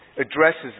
addresses